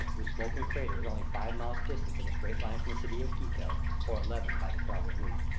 whose smoking crater is only five miles distant in a straight line from the city of quito, or eleven by the traveled route.